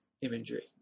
imagery